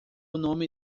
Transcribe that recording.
nome